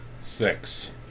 Six